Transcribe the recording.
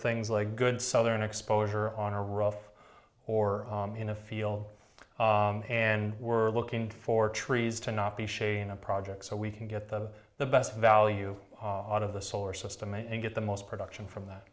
like good southern exposure on a rough or in a field and we're looking for trees to not be shayna projects so we can get the the best value out of the solar system and get the most production from that